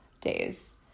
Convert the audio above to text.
days